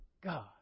God